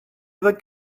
other